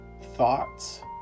thoughts